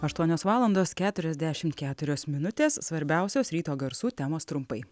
aštuonios valandos keturiasdešimt keturios minutės svarbiausios ryto garsų temos trumpai